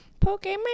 Pokemon